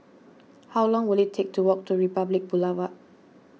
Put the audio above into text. how long will it take to walk to Republic Boulevard